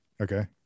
okay